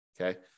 Okay